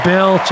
Bill